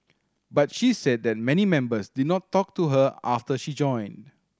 but she said that many members did not talk to her after she joined